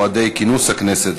מועדי כינוס הכנסת),